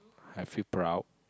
I feel proud